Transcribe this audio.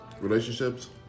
relationships